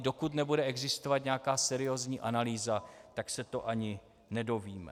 Dokud nebude existovat nějaká seriózní analýza, tak se to ani nedovíme.